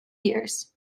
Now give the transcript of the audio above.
years